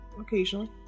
occasionally